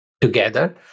together